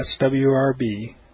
swrb